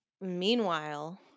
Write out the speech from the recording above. Meanwhile